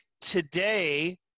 Today